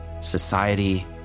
society